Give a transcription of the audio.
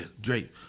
Drake